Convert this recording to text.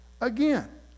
again